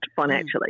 financially